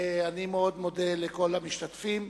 אני מאוד מודה לכל המשתתפים.